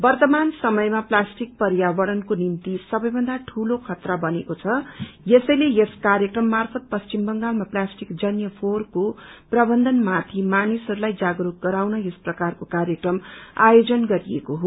वर्त्तमान समयमा प्लास्टिक पर्यावरएको निभ्ति सबैभन्दा ठूलो खतरा बनेको छ यसैले यस कार्यक्रम मार्फत हामी पश्चिम बंगालमा प्लास्टिक जन्य ोहोरको प्रवन्धनमाथि मानिसहस्लाई जागरूक गराउन यस प्रकारको कार्यक्रम आयोजन गरिएको हो